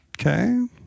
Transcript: Okay